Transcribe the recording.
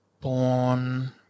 born